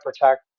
protect